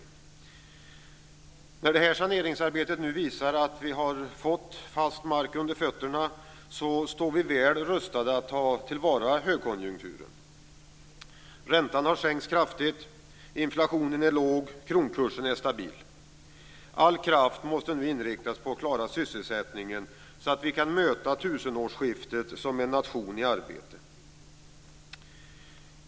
När det nu visar sig att detta saneringsarbete har gjort att vi har fått fast mark under fötterna, står vi väl rustade att ta vara på högkonjunkturen. Räntan har sänkts kraftigt. Inflationen är låg. Kronkursen är stabil. All kraft måste nu inriktas på att klara sysselsättningen, så att vi kan möta tusenårsskiftet som en nation i arbete.